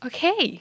Okay